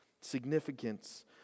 Significance